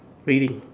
reading